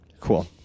Cool